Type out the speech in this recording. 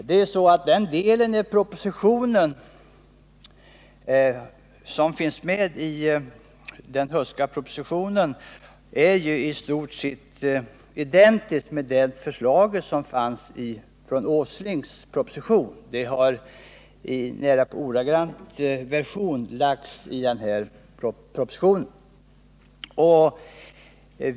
Den delen av Erik Huss proposition är ju i stort sett identisk med det förslag som fanns i Nils Åslings proposition. Förslaget har i nära nog ordagrant samma version lagts fram i den här propositionen.